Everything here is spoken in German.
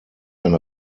eine